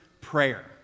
prayer